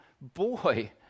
boy